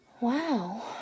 Wow